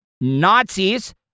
Nazis